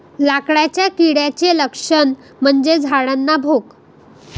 लाकडाच्या किड्याचे लक्षण म्हणजे झाडांना भोक